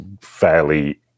fairly